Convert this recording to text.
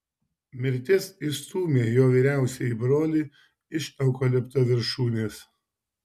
mirtis išstūmė jo vyriausiąjį brolį iš eukalipto viršūnės